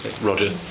Roger